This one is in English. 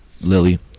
Lily